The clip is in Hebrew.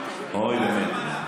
אוי, באמת.